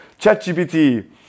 ChatGPT